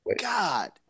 God